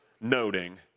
noting